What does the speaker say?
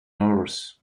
norse